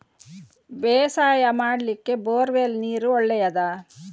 ಬೇಸಾಯ ಮಾಡ್ಲಿಕ್ಕೆ bore well ನೀರು ಒಳ್ಳೆಯದಾ?